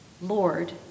Lord